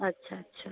अच्छा अच्छा